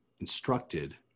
instructed